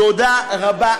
תודה רבה,